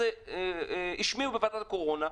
השמיעו בוועדת הקורונה,